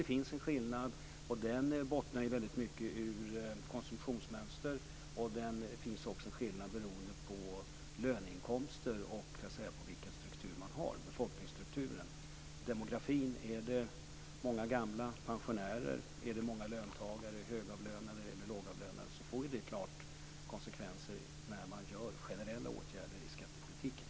Det finns en skillnad och den bottnar väldigt mycket i konsumtionsmönster. Det finns också skillnader beroende på löneinkomster och befolkningsstruktur - demografin. Är det många gamla, pensionärer, är det många löntagare, högavlönade eller lågavlönade, så får det naturligtvis konsekvenser när man vidtar generella åtgärder i skattepolitiken.